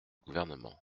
gouvernement